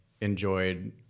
enjoyed